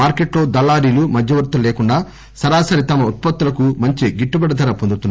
market లో దళారీలు మధ్యవర్తులు లేకుండా సరాసరి తమ ఉత్పత్తులకు మంచి గిట్టుబాటుధర పొందుతున్నారు